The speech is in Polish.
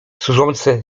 służące